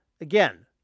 Again